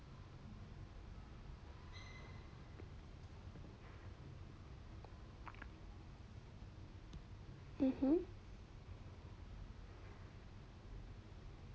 mmhmm